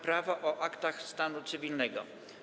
Prawo o aktach stanu cywilnego.